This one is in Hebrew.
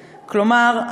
כלומר,